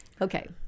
okay